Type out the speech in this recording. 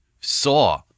saw